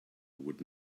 would